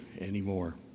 anymore